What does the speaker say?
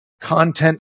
content